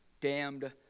damned